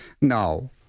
No